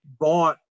bought